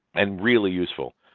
and really useful.